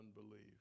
unbelief